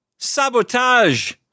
Sabotage